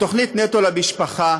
התוכנית נטו למשפחה,